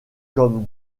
comme